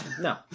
no